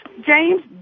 James